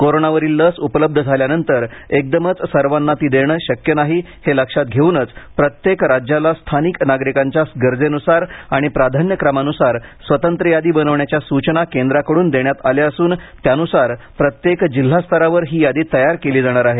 कोरोनावरील लास उपलब्ध झाल्यानंतर एकदमच सर्वांना ती देता येणे शक्य नाही हे लक्षात घेऊनच प्रत्येक राज्याला स्थानिक नागरिकांच्या गरजेन्सार आणि प्राधान्यक्रमान्सार स्वतंत्र यादी बनवण्याच्या सूचना केंद्राकडून देण्यात आल्या असून त्यानुसार प्रत्येक जिल्हास्तरावर ही यादी तयार केली जाणार आहे